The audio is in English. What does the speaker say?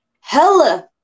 hella